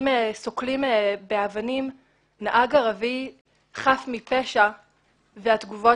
אם סוקלים באבנים נהג ערבי חף מפשע והתגובות